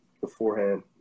beforehand